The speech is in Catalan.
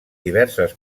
diverses